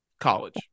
college